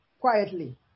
quietly